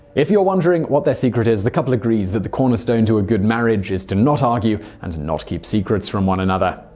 if you're wondering what their secret is, the couple agrees that the cornerstone to a good marriage is to not argue and not keep secrets from one another.